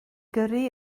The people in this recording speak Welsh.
gyrru